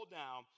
down